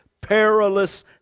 perilous